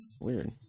Weird